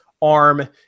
ARM